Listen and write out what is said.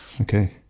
Okay